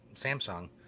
Samsung